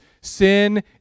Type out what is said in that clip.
Sin